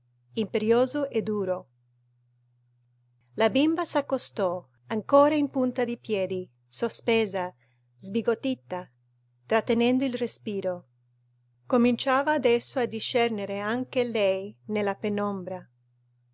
imperioso e duro la bimba s'accostò ancora in punta di piedi sospesa sbigottita trattenendo il respiro cominciava adesso a discernere anche lei nella penombra